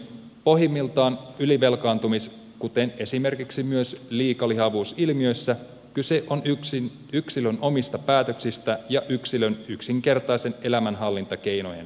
pohjimmiltaan ylivelkaantumisessa kuten myös esimerkiksi liikalihavuusilmiössä kyse on yksilön omista päätöksistä ja yksilön yksinkertaisten elämänhallintakeinojen puutteesta